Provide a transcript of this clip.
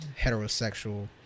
heterosexual